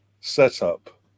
setup